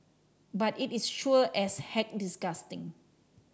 but it is sure as heck disgusting